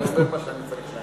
אני אומר מה שאני צריך להגיד.